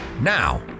Now